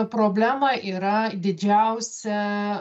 problema yra didžiausia